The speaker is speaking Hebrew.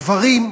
גברים,